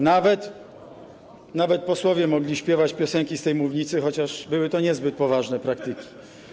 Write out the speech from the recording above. Nawet posłowie mogli śpiewać piosenki z tej mównicy, chociaż były to niezbyt poważne praktyki.